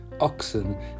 oxen